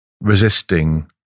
resisting